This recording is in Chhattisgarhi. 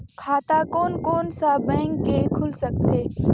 खाता कोन कोन सा बैंक के खुल सकथे?